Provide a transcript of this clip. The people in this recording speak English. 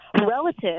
relative